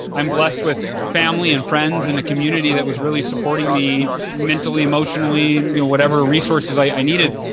i'm blessed with family and friends and a community that was really supporting me mentally, emotionally, you know whatever resources i needed.